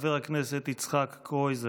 חבר הכנסת יצחק קרויזר.